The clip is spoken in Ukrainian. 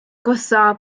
коса